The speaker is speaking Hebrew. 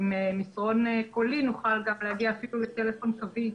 עם מסרון קולי נוכל להגיע אפילו לטלפון קווי,